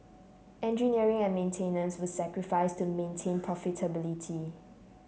engineering and maintenance were sacrificed to maintain profitability